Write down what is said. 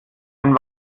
ein